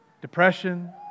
depression